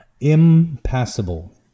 Impassable